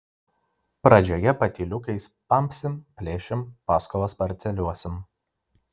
pradžioje patyliukais pampsim plėšim paskolas parceliuosim